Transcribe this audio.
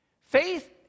Faith